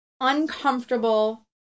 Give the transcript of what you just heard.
uncomfortable